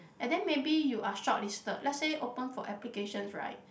and then maybe you are shortlisted let's say open for applications right